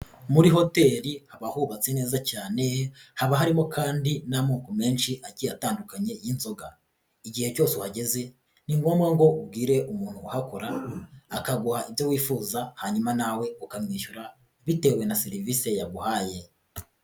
Muri hoteli haba hubatse neza cyane haba harimo kandi n'amoko menshi agiye atandukanye y'inzoga, igihe cyose uhageze ni ngombwa ngo ubwire umuntu uhakora akaguha ibyo wifuza hanyuma nawe ukamwishyura bitewe na serivise yaguhaye.